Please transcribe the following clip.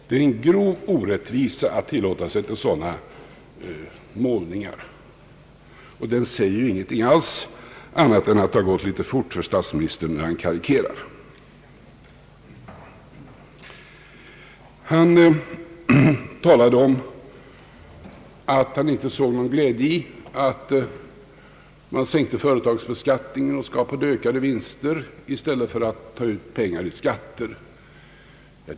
Det är en grov orättvisa att tillåta sig sådana målningar, och de säger ingenting alls utom att det gått litet fort för statsministern när han karikerar. Statsministern sade att han inte såg någon fördel i att sänka företagsbeskattningen och skapa ökade företagsvinster i stället för att ta ut pengar till skatter.